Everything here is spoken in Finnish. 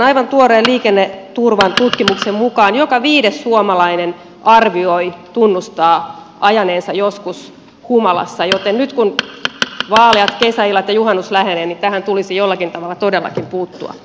aivan tuoreen liikenneturvan tutkimuksen mukaan joka viides suomalainen arvioi tunnustaa ajaneensa joskus humalassa joten nyt kun vaaleat kesäillat ja juhannus lähenevät tähän tulisi jollakin tavalla todellakin puuttua